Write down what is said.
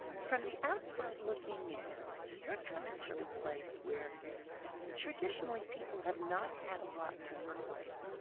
from the outside looking in, you're coming from a place where traditionally people have not had a lot to work with.